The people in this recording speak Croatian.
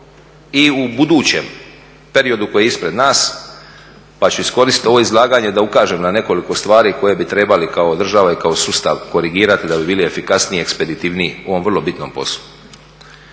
i u budućem periodu koji je ispred nas, pa ću iskoristiti ovo izlaganje da ukažem na nekoliko stvari koje bi trebali kako država i kao sustav korigirati da bi bili efikasniji, ekspeditivniji u ovom vrlo bitnom poslu.